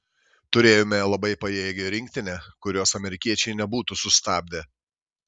turėjome labai pajėgią rinktinę kurios amerikiečiai nebūtų sustabdę